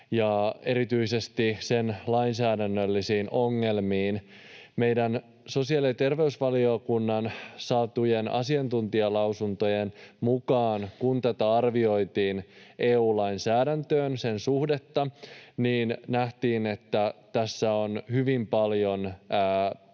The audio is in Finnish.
ja erityisesti sen lainsäädännöllisiin ongelmiin. Meidän sosiaali- ja terveysvaliokunnan saamien asiantuntijalausuntojen mukaan, kun tämän suhdetta arvioitiin EU-lainsäädäntöön, nähtiin, että tässä on hyvin paljon